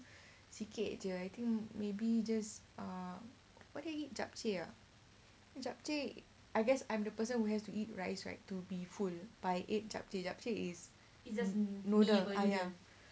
sikit jer I think maybe just err what do they eat japchae ah japchae I guess I'm the person who has to eat rice right to be full but I ate japchae japchae is noodle ya ya